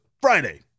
Friday